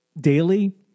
daily